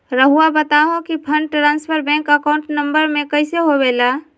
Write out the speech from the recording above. रहुआ बताहो कि fund transfer bank account number में कैसे होबेला?